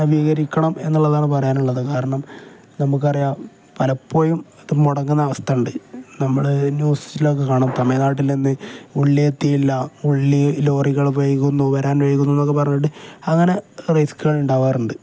നവീകരിക്കണം എന്നുള്ളതാണ് പറയാനുള്ളത് കാരണം നമുക്ക് അറിയാം പലപ്പോഴും അത് മുടങ്ങുന്ന അവസ്ഥ ഉണ്ട് നമ്മൾ ന്യൂസസിലൊക്കെ കാണും തമിഴ്നാട്ടിൽ നിന്ന് ഉള്ളി എത്തിയില്ല ഉള്ളി ലോറികൾ വൈകുന്നു വരാൻ വൈകുന്നു എന്നൊക്കെ പറഞ്ഞിട്ട് അങ്ങനെ റിസ്ക്കുകൾ ഉണ്ടാവാറുണ്ട്